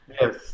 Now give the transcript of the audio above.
Yes